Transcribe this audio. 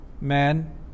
man